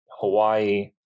Hawaii